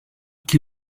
qui